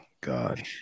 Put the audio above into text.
God